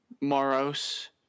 Moros